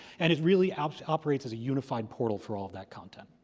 and it really um operates as a unified portal for all of that content.